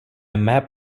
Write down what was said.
map